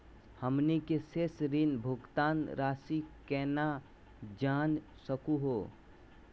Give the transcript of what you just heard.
हमनी के शेष ऋण भुगतान रासी केना जान सकू हो?